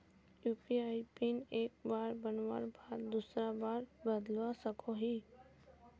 UPI PIN एक बार बनवार बाद दूसरा बार बदलवा सकोहो ही?